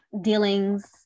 dealings